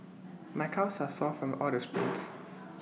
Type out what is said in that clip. my calves are sore from all the sprints